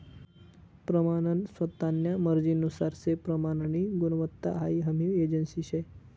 प्रमानन स्वतान्या मर्जीनुसार से प्रमाननी गुणवत्ता हाई हमी एजन्सी शे